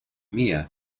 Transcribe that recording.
mia